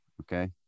okay